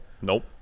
nope